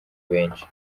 benshi